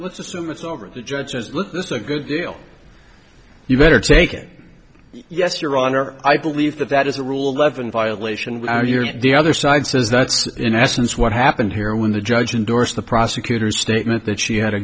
let's assume it's over the judge says look this is a good deal you better taking yes your honor i believe that that is a rule eleven violation the other side says that's in essence what happened here when the judge indorse the prosecutor's statement that she had a